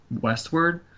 westward